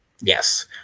Yes